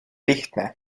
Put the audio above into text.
lihtne